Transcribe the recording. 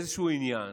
איזשהו עניין